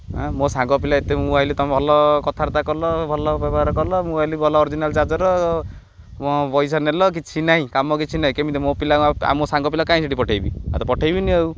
ମୋ ସାଙ୍ଗ ପିଲା ଏତେ ମୁଁ ଭାବିଲି ତୁମ ଭଲ କଥାବାର୍ତ୍ତା କଲ ଭଲ ବ୍ୟବହାର କଲ ମୁଁ ଭାବିଲି ଭଲ ଅରଜିନାଲ ଚାର୍ଜର ମୋ ପଇସା ନେଲ କିଛି ନାହିଁ କାମ କିଛି ନାହିଁ କେମିତି ମୋ ପିଲା ଆମ ସାଙ୍ଗ ପିଲା କାଇଁ ସେଠି ପଠେଇବି ଆଉ ତ ପଠେଇବିନି ଆଉ